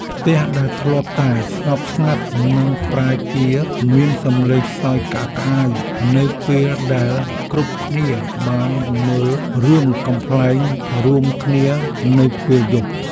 ផ្ទះដែលធ្លាប់តែស្ងប់ស្ងាត់នឹងប្រែជាមានសម្លេងសើចក្អាកក្អាយនៅពេលដែលគ្រប់គ្នាបានមើលរឿងកំប្លែងរួមគ្នានៅពេលយប់។